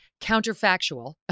counterfactual